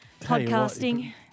Podcasting